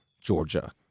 Georgia